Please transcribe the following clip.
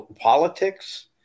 politics